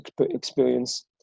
experience